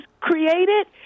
created